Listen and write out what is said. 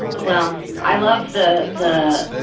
ah well, i love the, the,